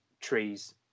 trees